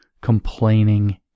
complaining